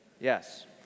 Yes